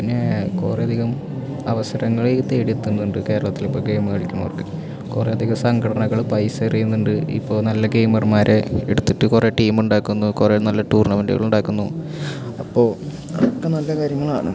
പിന്നെ കുറെ അധികം അവസരങ്ങൾ തേടിയെത്തുന്നുണ്ട് കേരളത്തിൽ ഇപ്പോൾ ഗെയിമ് കളിക്കുന്നവർക്ക് കുറേ അധികം സംഘടനകൾ പൈസ എറിയുന്നുണ്ട് ഇപ്പോൾ നല്ല ഗെയിമർമാരെ എടുത്തിട്ട് കുറേ ടീം ഉണ്ടാക്കുന്നു കുറേ നല്ല ടൂർണമെൻ്റുകൾ ഉണ്ടാക്കുന്നു അപ്പോൾ അതൊക്കെ നല്ല കാര്യങ്ങളാണ്